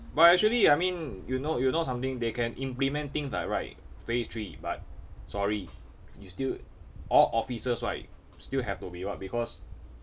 but actually I mean you know you know something they can implement things like right like phase three but sorry you still all offices right still have to be what because